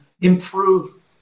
improve